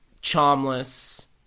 charmless